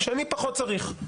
שאני פחות צריך,